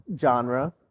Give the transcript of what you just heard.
genre